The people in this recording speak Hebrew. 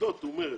בעקבות המתיחות.